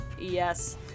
Yes